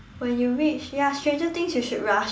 when you reach ya Stranger Things you should rush